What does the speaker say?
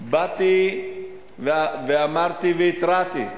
באתי ואמרתי והתרעתי.